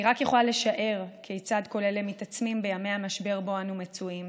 אני רק יכולה לשער כיצד כל אלה מתעצמים בימי המשבר שבו אנו מצויים,